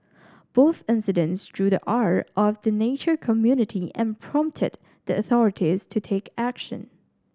both incidents drew the ire of the nature community and prompted the authorities to take action